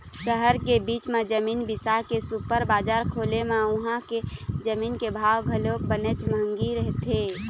सहर के बीच म जमीन बिसा के सुपर बजार खोले म उहां के जमीन के भाव घलोक बनेच महंगी रहिथे